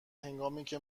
هنگامیکه